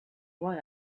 why